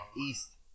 East